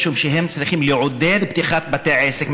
משום שהם צריכים לעודד פתיחת בתי עסק.